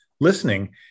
listening